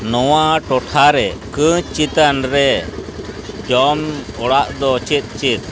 ᱱᱚᱣᱟ ᱴᱚᱴᱷᱟᱨᱮ ᱠᱟᱺᱪ ᱪᱮᱛᱟᱱᱨᱮ ᱡᱚᱢ ᱚᱲᱟᱜᱫᱚ ᱪᱮᱫ ᱪᱮᱫ